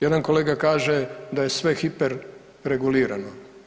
Jedan kolega kaže da je sve hiper regulirano.